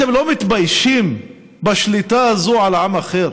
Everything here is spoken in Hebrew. אתם לא מתביישים בשליטה הזאת על עם אחר?